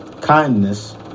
kindness